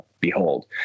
behold